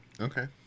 Okay